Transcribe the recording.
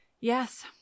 Yes